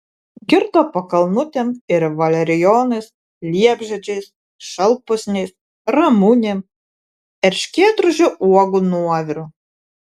girdo pakalnutėm ir valerijonais liepžiedžiais šalpusniais ramunėm erškėtrožių uogų nuoviru